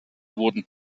wurden